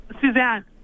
Suzanne